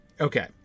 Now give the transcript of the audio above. okay